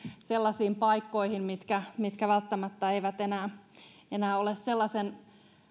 sellaisiin paikkoihin mitkä mitkä välttämättä eivät enää ole sellaisen